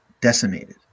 decimated